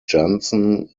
janssen